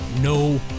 no